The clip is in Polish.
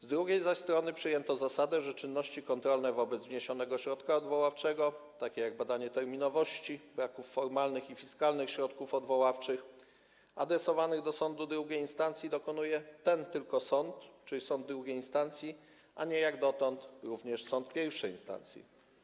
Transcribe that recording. Z drugiej zaś strony przyjęto zasadę, że czynności kontrolnych wobec wniesionego środka odwoławczego, takich jak badanie terminowości, braków formalnych i fiskalnych środków odwoławczych adresowanych do sądu II instancji, dokonuje ten tylko sąd, czyli sąd II instancji, a nie, jak dotąd, również sąd I instancji.